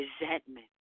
resentment